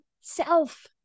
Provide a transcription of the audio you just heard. self